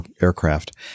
aircraft